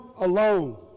alone